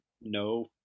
no